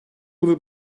bunu